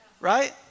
right